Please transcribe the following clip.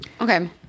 Okay